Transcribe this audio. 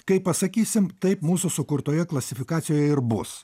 kai pasakysim taip mūsų sukurtoje klasifikacijoje ir bus